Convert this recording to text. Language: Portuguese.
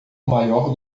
maior